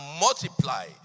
multiply